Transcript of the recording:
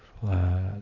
flat